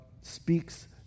speaks